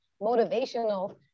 motivational